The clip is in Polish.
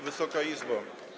Wysoka Izbo!